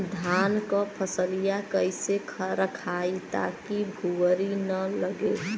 धान क फसलिया कईसे रखाई ताकि भुवरी न लगे?